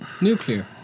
Nuclear